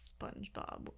SpongeBob